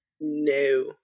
no